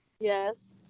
Yes